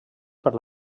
per